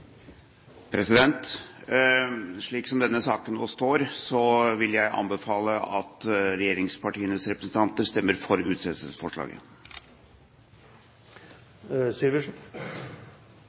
Slik som denne saken nå står, vil jeg anbefale at regjeringspartienes representanter stemmer for utsettelsesforslaget.